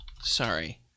sorry